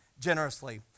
generously